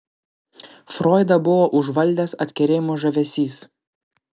froidą buvo užvaldęs atkerėjimo žavesys